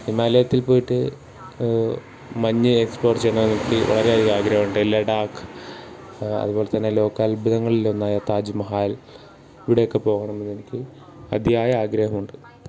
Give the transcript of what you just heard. ഹിമാലയത്തിൽ പോയിട്ട് മഞ്ഞ് എക്സ്പ്ലോർ ചെയ്യണം എനിക്ക് വളരെയധികം ആഗ്രഹമുണ്ട് ലഡാക്ക് അതുപോലെതന്നെ ലോകാത്ഭുതങ്ങളിലൊന്നായ താജ്മഹാൽ ഇവിടെയൊക്കെ പോകണമെന്ന് എനിക്ക് അതിയായ ആഗ്രഹമുണ്ട്